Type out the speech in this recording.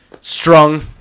Strong